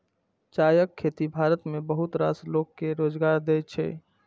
चायक खेती भारत मे बहुत रास लोक कें रोजगार दै छै